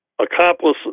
Accomplice